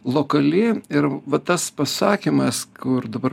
lokali ir va tas pasakymas kur dabar